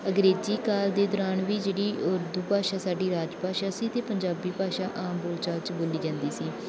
ਅੰਗਰੇਜ਼ੀ ਕਾਲ ਦੇ ਦੌਰਾਨ ਵੀ ਜਿਹੜੀ ਉਰਦੂ ਭਾਸ਼ਾ ਸਾਡੀ ਰਾਜ ਭਾਸ਼ਾ ਸੀ ਅਤੇ ਪੰਜਾਬੀ ਭਾਸ਼ਾ ਆਮ ਬੋਲ ਚਾਲ 'ਚ ਬੋਲੀ ਜਾਂਦੀ ਸੀ